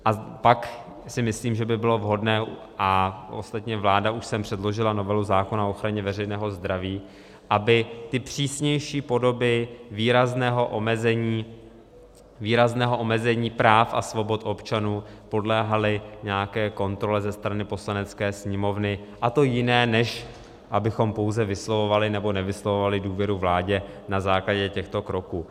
A pak si myslím, že by bylo vhodné, ostatně vláda už sem předložila novelu zákona o ochraně veřejného zdraví, aby přísnější podoby výrazného omezení práv a svobod občanů podléhaly nějaké kontrole ze strany Poslanecké sněmovny, a to jiné, než abychom pouze vyslovovali nebo nevyslovovali důvěru vládě na základě těchto kroků.